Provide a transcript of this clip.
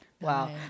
Wow